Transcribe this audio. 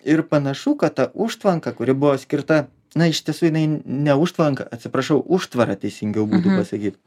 ir panašu kad ta užtvanka kuri buvo skirta na iš tiesų jinai ne užtvanka atsiprašau užtvara teisingiau būtų pasakyt